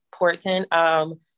important